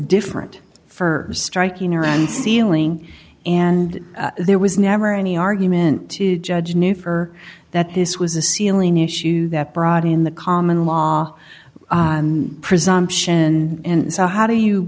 different for striking her and ceiling and there was never any argument to judge new for that this was a ceiling issue that brought in the common law presumption and so how do you